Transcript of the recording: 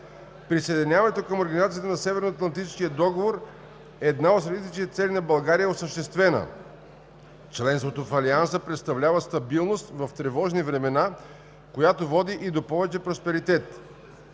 присъединяването към Организацията на Североатлантическия договор една от стратегическите цели на България е осъществена. Членството в Алианса представлява стабилност в тревожни времена, която води и до повече просперитет.“